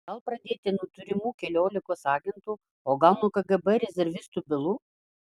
gal pradėti nuo turimų keliolikos agentų o gal nuo kgb rezervistų bylų